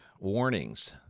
warnings